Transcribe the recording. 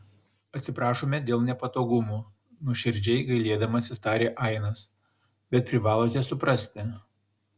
atsiprašome dėl nepatogumų nuoširdžiai gailėdamasis tarė ainas bet privalote suprasti